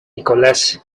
nicolás